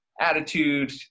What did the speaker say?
attitude